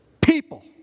People